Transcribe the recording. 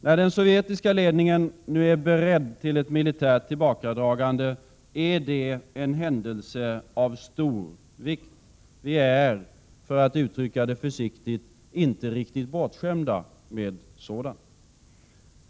När den sovjetiska ledningen nu är beredd till ett militärt tillbakadragande, är det en händelse av stor vikt. Vi är, för att uttrycka det försiktigt, inte bortskämda med sådant.